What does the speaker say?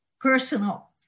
Personal